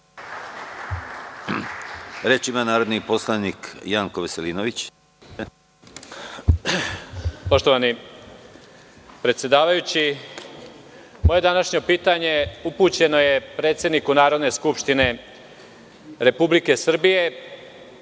Veselinović. **Janko Veselinović** Poštovani predsedavajući, moje današnje pitanje upućeno je predsedniku Narodne skupštine Republike Srbije,